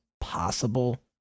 possible